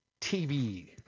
TV